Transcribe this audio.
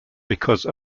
because